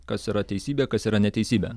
kas yra teisybė kas yra neteisybė